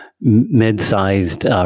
mid-sized